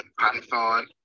Python